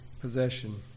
possession